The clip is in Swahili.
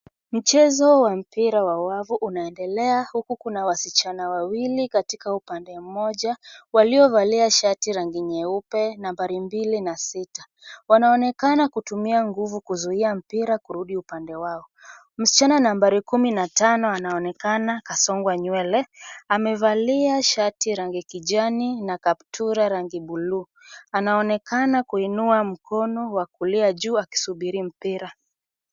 Mchezo wa mbira wa wavu unaendelea huku na wasichana wawili katika upande moja waliovalia shati rangi nyeupe na nambari mbili na sita. Wanaonekana kutumia nguvu kuzuia mpira kurudi upande wao. Msichana nambari kumi na tano anaonekana kasonga nywele , amevalia shati ya rangi kijani na kabtura rangi bluu, anaonekana kuinua mkono wa kulia juu akisubiri mpira.